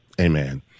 Amen